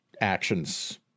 actions